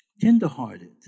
tenderhearted